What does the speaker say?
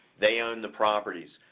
they own the properties,